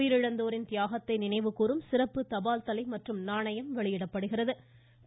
உயிரிழந்தோரின் தியாகத்தை நினைவுகூறும் சிறப்பு தபால் தலை மற்றும் நாணயத்தை வெளியிடுகிறார்